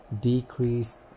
decreased